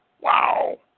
Wow